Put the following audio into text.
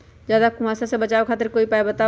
ज्यादा कुहासा से बचाव खातिर कोई उपाय बताऊ?